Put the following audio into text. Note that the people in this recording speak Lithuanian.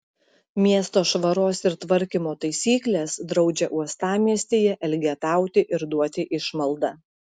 miesto švaros ir tvarkymo taisyklės draudžia uostamiestyje elgetauti ir duoti išmaldą